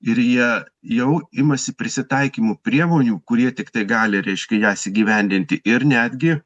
ir jie jau imasi prisitaikymo priemonių kurie tiktai gali reiškia jas įgyvendinti ir netgi